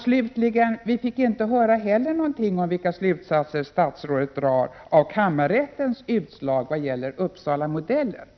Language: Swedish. Slutligen fick vi inte heller höra något om vilka slutsatser statsrådet drar av kammarrättens utslag när det gäller Uppsalamodellen.